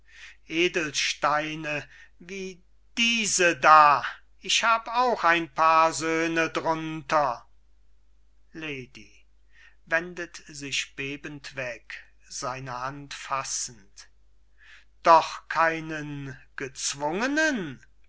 wie diese da ich hab auch ein paar söhne drunter lady wendet sich bebend weg seine hand fassend doch keinen gezwungenen